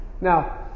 Now